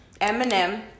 Eminem